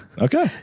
okay